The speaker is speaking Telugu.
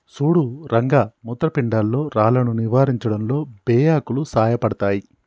సుడు రంగ మూత్రపిండాల్లో రాళ్లను నివారించడంలో బే ఆకులు సాయపడతాయి